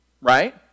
right